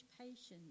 patience